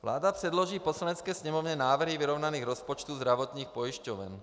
Vláda předloží Poslanecké sněmovně návrhy vyrovnaných rozpočtů zdravotních pojišťoven.